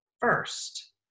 first